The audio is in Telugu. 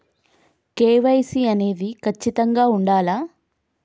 కే.వై.సీ అనేది ఖచ్చితంగా ఉండాలా?